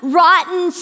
rotten